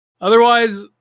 Otherwise